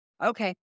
okay